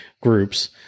groups